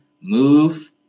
move